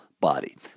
body